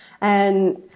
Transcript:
and-